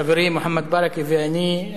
חברי מוחמד ברכה ואני,